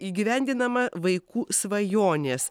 įgyvendinama vaikų svajonės